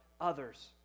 others